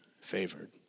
favored